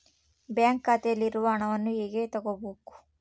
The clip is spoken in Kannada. ಬ್ಯಾಂಕ್ ಖಾತೆಯಲ್ಲಿರುವ ಹಣವನ್ನು ಹೇಗೆ ತಗೋಬೇಕು?